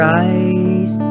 eyes